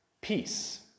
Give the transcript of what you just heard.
peace